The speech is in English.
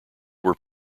were